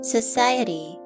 Society